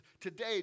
today